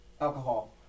Alcohol